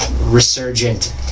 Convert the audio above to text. resurgent